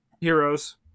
Heroes